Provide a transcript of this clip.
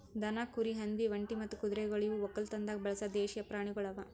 ದನ, ಕುರಿ, ಹಂದಿ, ಒಂಟಿ ಮತ್ತ ಕುದುರೆಗೊಳ್ ಇವು ಒಕ್ಕಲತನದಾಗ್ ಬಳಸ ದೇಶೀಯ ಪ್ರಾಣಿಗೊಳ್ ಅವಾ